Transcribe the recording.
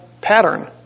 pattern